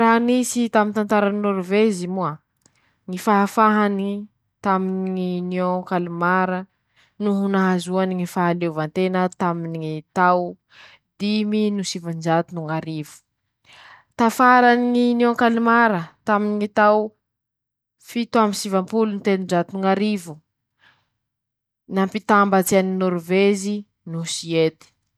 Raha nisy taminy ñy tantarany Nôrivezy moa: ñy fahafahany taminy ñy Niôn kalimara noho nahazoany ñy fahaleovantena taminy ñy tao dimy no sivanjato no ñ'arivo, tafarany ñy Niôn kalimara taminy ñy tao fito amby sivampolo no telonjato no ñ'arivo, nampitambatsy any Nôrivezy no Siedy.